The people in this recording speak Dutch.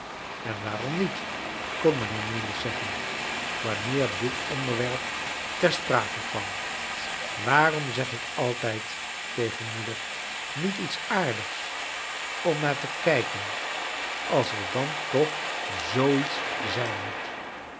en waarom niet kon mijnheer meagles zeggen wanneer dit onderwerp ter sprake kwam waarom zeg ik altijd tegen moeder niet iets aardigs om naar te kijken als er dan toch zoo iets zijn moet